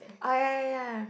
oh ya ya